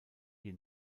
hier